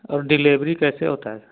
और डिलीवरी कैसे होता है